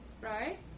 right